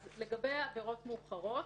אז לגבי עבירות מאוחרות,